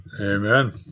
Amen